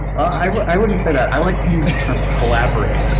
i i wouldn't say that. i like to use the term collaborate,